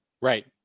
Right